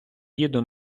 їду